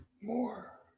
more